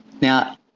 Now